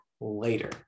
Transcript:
later